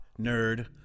Nerd